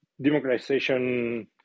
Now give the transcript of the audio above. democratization